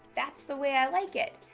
that's the way i like it.